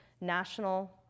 national